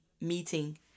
meeting